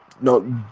No